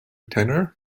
tenner